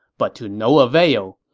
but to no avail.